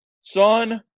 Son